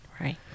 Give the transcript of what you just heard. Right